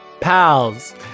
pals